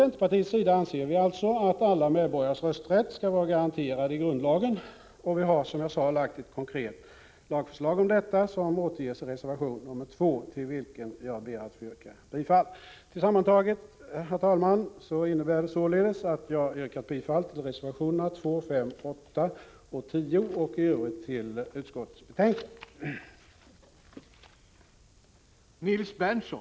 Centerpartiet anser alltså att alla medborgares rösträtt skall vara garanterad i grundlagen, och vi har, som sagt, lagt fram ett konkret lagförslag, som återges i reservation 2, till vilken jag ber att få yrka bifall. Herr talman! Tillsammantaget yrkar jag alltså bifall till reservationerna 2, 5, 8 och 10 och i övrigt till utskottets hemställan.